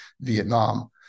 Vietnam